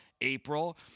April